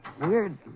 weird